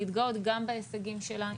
להתגאות גם בהישגים שלה.